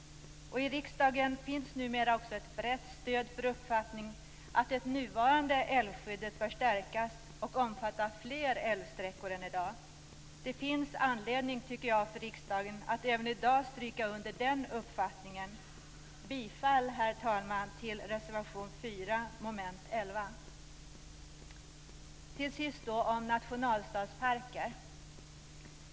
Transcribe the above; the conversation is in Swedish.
I riksdagen finns numera också ett brett stöd för uppfattningen att det nuvarande älvskyddet bör stärkas och omfatta fler älvsträckor än i dag. Det finns anledning för riksdagen att även i dag stryka under den uppfattningen. Herr talman! Jag yrkar bifall till reservation 4 under mom. 11. Till sist skall jag ta upp synen på nationalstadsparker.